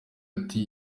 ati